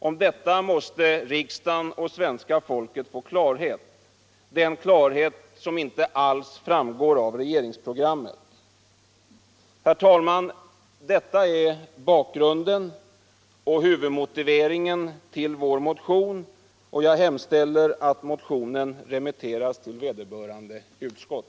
Om detta måste riksdagen och svenska folkat få klarhet, den klarhet som ime alls framgår av regeringsprogrammet. Herr talman! Detta är bakgrunden och huvudmotiveringen till vår motion. och jag hemställer att motionen remitteras till vederbörande utskott.